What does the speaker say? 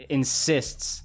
insists